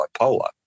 bipolar